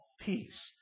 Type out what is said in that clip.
peace